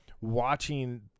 watching